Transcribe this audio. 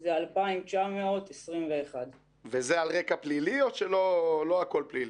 זה 2,921. זה על רקע פלילי או שלא הכול פלילי?